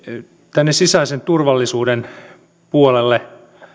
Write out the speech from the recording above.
sisäisen turvallisuuden puolella